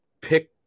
pick